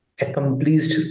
accomplished